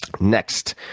next,